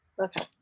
okay